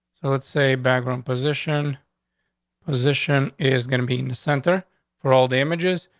let's say bagram position position is going to be in the center for all the images.